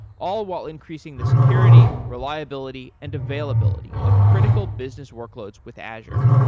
all while increasing the security, reliability and availability of critical business workloads with azure.